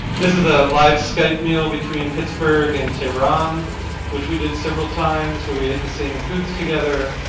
this is a live skype meal between pittsburgh and tehran which we did several times where we ate the same foods together.